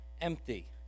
empty